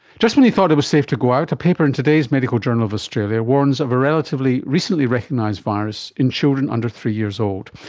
just when you thought it was safe to go out, a paper in today's medical journal of australia warns of a relatively recently recognised virus in children under three years old.